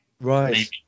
right